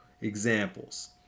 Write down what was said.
examples